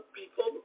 people